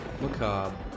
macabre